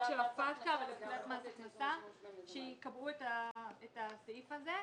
הפטקא ולפקודת מס הכנסה, שיקבעו את הסעיף הזה.